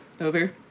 Over